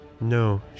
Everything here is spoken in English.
No